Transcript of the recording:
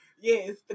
Yes